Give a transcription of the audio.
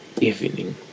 evening